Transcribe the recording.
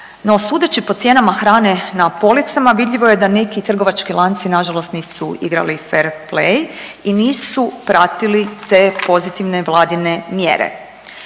No, sudeći po cijenama hrane na policama vidljivo je da neki trgovački lanci nažalost nisu igrali fair play i nisu pratili te pozitivne vladine mjere.